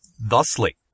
Thusly